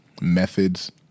methods